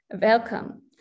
welcome